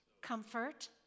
comfort